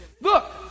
Look